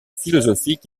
philosophique